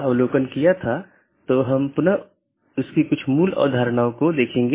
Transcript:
आज हम BGP पर चर्चा करेंगे